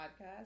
Podcast